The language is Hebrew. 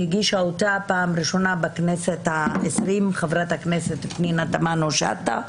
הגישה אותה בפעם הראשונה בכנסת העשרים חברת הכנסת פנינה תמנו שטה,